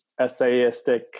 essayistic